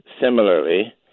similarly